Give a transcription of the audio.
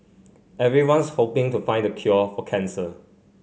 everyone's hoping to find the cure for cancer